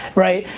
right,